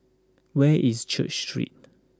where is Church Street